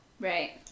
Right